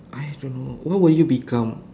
I don't know what will you become